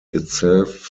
itself